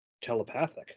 telepathic